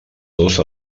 dos